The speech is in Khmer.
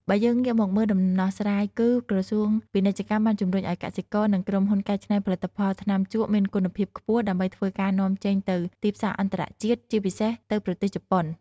បើយើងងាកមកមើលដំណោះស្រាយគឺ ក្រសួងពាណិជ្ជកម្មបានជំរុញឲ្យកសិករនិងក្រុមហ៊ុនកែច្នៃផលិតផលថ្នាំជក់មានគុណភាពខ្ពស់ដើម្បីធ្វើការនាំចេញទៅទីផ្សារអន្តរជាតិ ជាពិសេសទៅប្រទេសជប៉ុន។